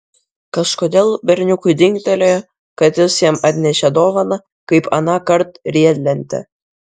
kažkodėl berniukui dingtelėjo kad jis jam atnešė dovaną kaip anąkart riedlentę